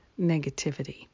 negativity